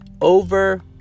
Over